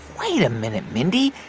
wait a minute, mindy.